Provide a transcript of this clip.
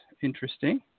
Interesting